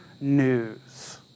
news